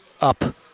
up